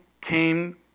came